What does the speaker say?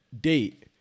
date